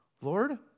Lord